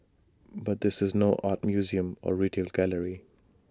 but this is no art museum or retail gallery